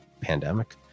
pandemic